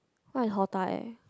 what is eh